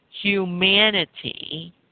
humanity